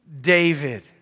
David